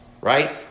right